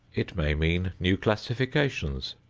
it may mean new classifications.